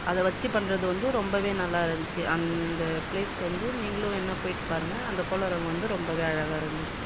அதை வச்சு பண்ணுறது வந்து ரொம்பவே நல்லாருந்துச்சு அந்த பிளேஸ்க்கு வந்து நீங்களும் வேணுன்னா போயிட்டு பாருங்கள் அந்த கோளாரங்கம் வந்து ரொம்பவே அழகாக இருந்துச்சு